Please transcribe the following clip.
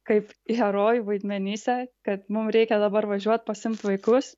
kaip herojų vaidmenyse kad mum reikia dabar važiuoti pasiimt vaikus